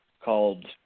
called